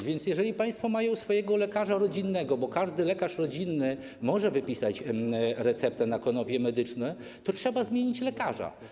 A więc jeżeli państwo mają takiego swojego lekarza rodzinnego, a każdy lekarz rodzinny może wypisać receptę na konopie medyczne, to trzeba zmienić lekarza.